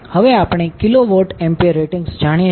હવે આપણે kVA ratings જાણીએ છીએ